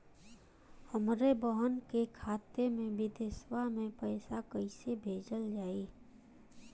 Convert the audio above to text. हमरे बहन के खाता मे विदेशवा मे पैसा कई से भेजल जाई?